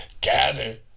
gather